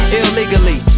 illegally